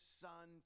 son